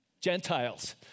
Gentiles